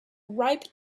ripe